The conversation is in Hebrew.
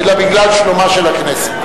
אלא בגלל שלומה של הכנסת.